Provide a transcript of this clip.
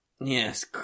Yes